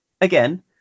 Again